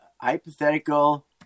hypothetical